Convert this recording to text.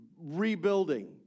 rebuilding